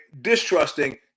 distrusting